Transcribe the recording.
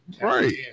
Right